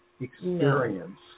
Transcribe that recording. experience